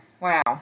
Wow